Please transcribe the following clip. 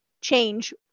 change